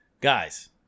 guys